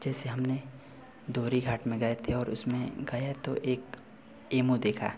जैसे हमने दोहरी घाट में गए थे और उसमें गए तो एक एमो देखा